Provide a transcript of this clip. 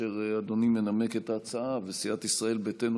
כאשר אדוני מנמק את ההצעה וסיעת ישראל ביתנו,